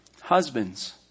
Husbands